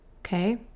Okay